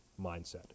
mindset